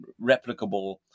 replicable